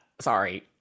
sorry